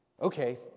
Okay